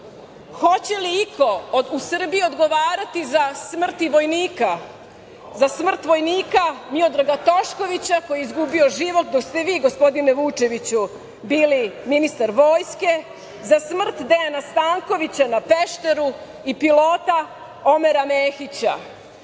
Hoće li iko u Srbiji odgovarati za smrt vojnika Miodraga Toškovića koji je izgubio život dok ste vi gospodine Vučeviću bili ministar Vojske, za smrt Dejana Stankovića na Pešteru i pilota Omera Mehića? Vučić